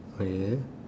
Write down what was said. okay